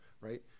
right